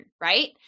Right